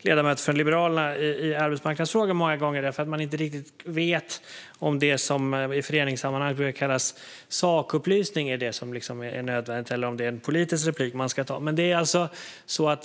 Fru talman! Det är många gånger lite besvärligt i debatter om arbetsmarknadsfrågor med ledamöter från Liberalerna därför att man inte riktigt vet om det som i föreningssammanhang brukar kallas sakupplysning är det som är nödvändigt eller om det är en politisk replik man ska ta.